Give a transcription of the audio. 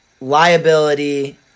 liability